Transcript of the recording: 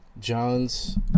Jones